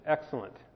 Excellent